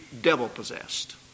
devil-possessed